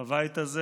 בבית הזה.